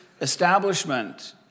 establishment